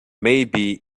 maybe